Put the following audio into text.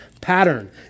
pattern